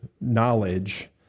knowledge